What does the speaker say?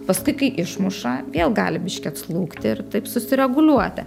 paskui kai išmuša vėl gali biški atslūgti ir taip susireguliuoti